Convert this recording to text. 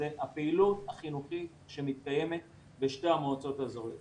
זה הפעילות החינוכית שמתקיימת בשתי המועצות האזוריות.